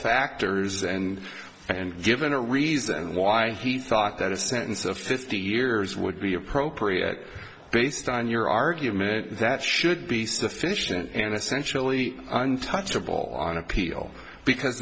factors and and given a reason why he thought that a sentence of fifty years would be appropriate based on your argument that should be sufficient and essentially untouchable on